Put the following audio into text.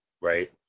right